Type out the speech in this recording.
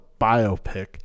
biopic